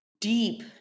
deep